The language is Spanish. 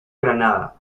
granada